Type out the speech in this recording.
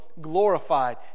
glorified